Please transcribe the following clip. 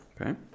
Okay